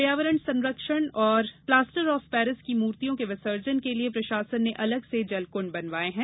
पर्यावरण संरक्षण और प्लास्टर ऑफ पेरिस की मूर्तियों के विसर्जन के लिए प्रशासन ने अलग से जलकुंड बनवाये हैं